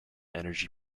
energy